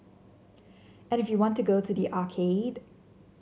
and if you want to go to the arcade